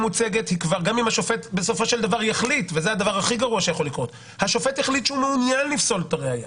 גם אחרי שהשופט יחליט שהוא מעוניין לפסול את הראיה